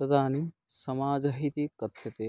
तदानीं समाजः इति कथ्यते